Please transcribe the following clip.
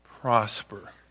prosper